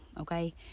okay